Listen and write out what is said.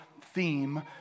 theme